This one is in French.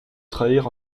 trahir